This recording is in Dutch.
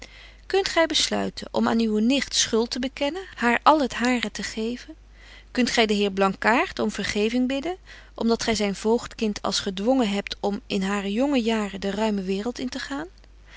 kunt gy besluiten om aan uwe nicht schuld te bekennen haar al het hare te geven kunt gy den heer blankàart om vergeving bidden om dat gy zyn voogd kind als gedwongen hebt om in hare jonge jaren de ruime waereld in te gaan